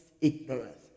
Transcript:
ignorance